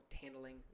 handling